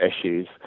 issues